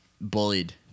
bullied